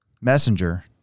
Messenger